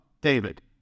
David